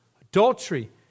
adultery